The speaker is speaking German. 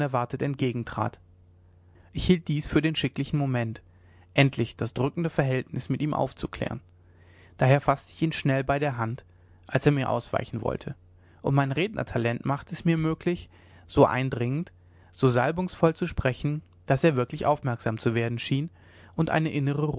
unerwartet entgegentrat ich hielt dies für den schicklichen moment endlich das drückende verhältnis mit ihm aufzuklären daher faßte ich ihn schnell bei der hand als er mir ausweichen wollte und mein rednertalent machte es mir möglich so eindringend so salbungsvoll zu sprechen daß er wirklich aufmerksam zu werden schien und eine innere